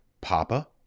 Papa